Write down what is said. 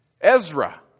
Ezra